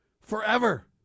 forever